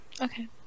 Okay